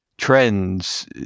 Trends